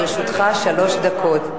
לרשותך שלוש דקות.